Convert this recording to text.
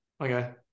okay